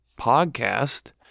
podcast